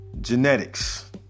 genetics